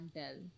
tell